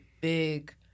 big